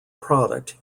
product